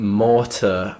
mortar